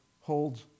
holds